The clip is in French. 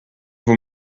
vaut